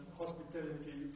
hospitality